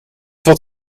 wat